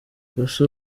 ubwose